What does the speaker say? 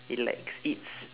it like it's